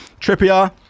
Trippier